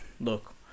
look